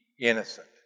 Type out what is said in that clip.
Innocent